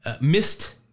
missed